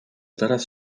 teraz